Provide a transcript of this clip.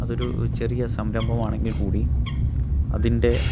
അതൊരു ചെറിയ സംരംഭം ആണെങ്കിൽ കൂടി അതിൻ്റെ